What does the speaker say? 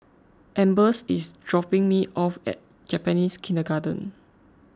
Ambers is dropping me off at Japanese Kindergarten